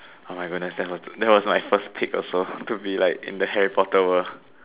oh my goodness that that was not as specific also could be like in the Harry-Potter world